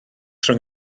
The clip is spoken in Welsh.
rhwng